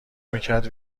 میکرد